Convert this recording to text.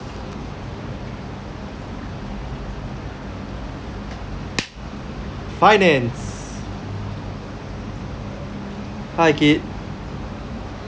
finance hi kit